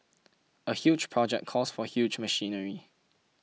a huge project calls for huge machinery